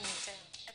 אבל